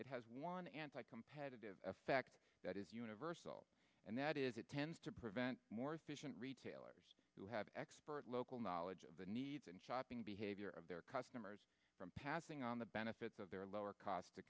it has one anti competitive effect that is universal and that is it tends to prevent more efficient retailers who have expert local knowledge of the needs and shopping behavior of their customers from passing on the benefits of their lower cost t